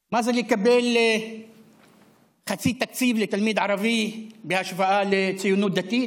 מה זה לקבל חצי תקציב לתלמיד ערבי בהשוואה לציונות דתית,